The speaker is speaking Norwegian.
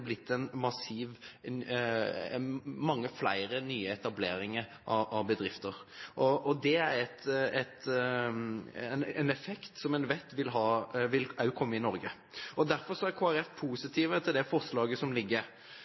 blitt mange flere nye etableringer av bedrifter. Det er en effekt som en vet vil komme også i Norge. Derfor er Kristelig Folkeparti positive til det forslaget som